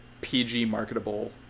PG-marketable